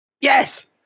yes